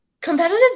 Competitive